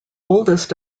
oldest